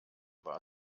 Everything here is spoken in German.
war